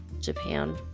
Japan